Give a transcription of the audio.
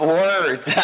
words